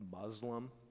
Muslim